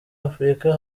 afrika